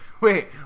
Wait